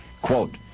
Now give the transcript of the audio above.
Quote